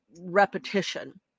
repetition